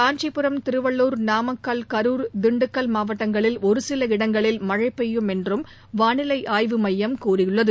காஞ்சிபுரம் திருவள்ளூர் நாமக்கல் கரூர் திண்டுக்கல் மாவட்டங்களில் ஒரு சில இடங்களில் மழை பெய்யும் என்றும் வானிலை ஆய்வுமையம் கூறியுள்ளது